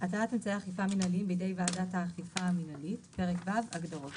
הטלת אמצעי אכיפה מינהליים בידי ועדת האכיפה המינהלית 51.פרק ו' הגדרות